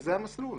וזה המסלול.